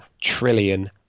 trillion